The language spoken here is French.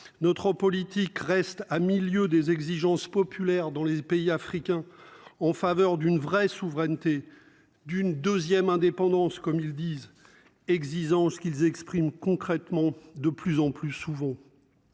Notre politique reste à 1000 lieues des exigences populaires dans les pays africains en faveur d'une vraie souveraineté d'une 2ème indépendance comme ils disent. Exigence qu'ils expriment concrètement de plus en plus souvent.